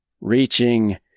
Reaching